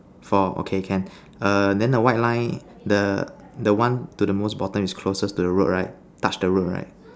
four okay can err then the white line the the one to the most bottom is closest to the road right touch the road right